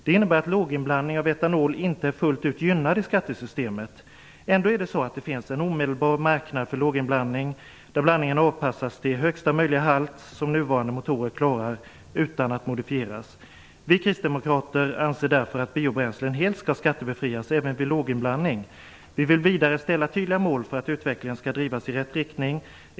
Det innebär att låginblandning av etanol inte är fullt ut gynnad i skattesystemet. Ändå är det så att det finns en omedelbar marknad på låginblandning, där blandningen avpassats till högsta möjliga halt som nuvarande motorer klarar utan att modifieras. Vi kristdemokrater anser därför att biobränslen helt skall skattebefrias även vid låginblandning. Vi vill vidare ställa tydliga mål för att utvecklingen skall drivas i rätt riktning.